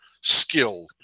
skill